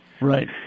Right